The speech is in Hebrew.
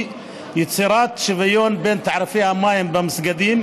יצירת שוויון בין תעריפי המים במסגדים,